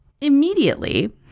immediately